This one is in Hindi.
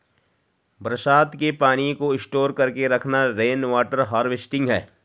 बरसात के पानी को स्टोर करके रखना रेनवॉटर हारवेस्टिंग है